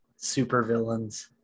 supervillains